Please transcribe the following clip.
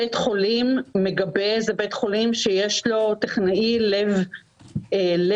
בית חולים מגבה זה בית חולים שיש לו טכנאי לב ריאה.